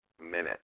minute